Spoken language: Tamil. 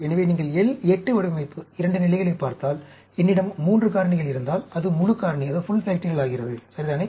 எனவே நீங்கள் L 8 வடிவமைப்பு 2 நிலைகளைப் பார்த்தால் என்னிடம் 3 காரணிகள் இருந்தால் அது முழு காரணியாகிறது சரிதானே